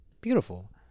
beautiful